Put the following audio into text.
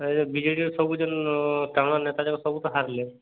ଏଇ ଯୋ ବିଜେଡ଼ିର ସବୁ ଜନ ଟାଣୁଆ ନେତା ଯାକ ସବୁ ବାହାରିଲେ